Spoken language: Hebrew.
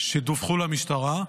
שדווחו למשטרה,